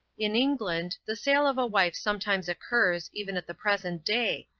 in england, the sale of a wife sometimes occurs, even at the present day,